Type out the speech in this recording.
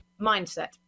Mindset